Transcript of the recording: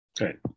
Right